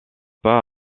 pas